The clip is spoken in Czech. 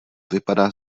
vypadá